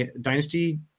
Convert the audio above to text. dynasty